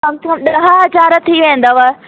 सम्झो ॾह हज़ार थी वेंदव